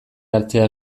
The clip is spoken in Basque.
hartzea